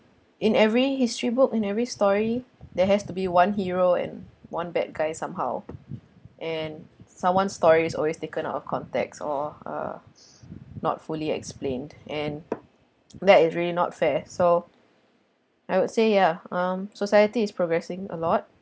in every history book in every story there has to be one hero and one bad guy somehow and someone stories always taken out of context or uh not fully explained and that is really not fair so I would say ya um society is progressing a lot